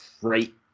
great